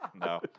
No